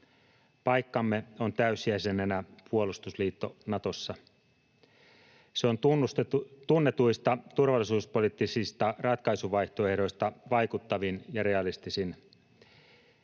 Paikkamme on täysjäsenenä puolustusliitto Natossa. Se on tunnetuista turvallisuuspoliittisista ratkaisuvaihtoehdoista vaikuttavin ja realistisin.